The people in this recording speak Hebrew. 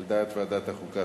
על דעת ועדת החוקה,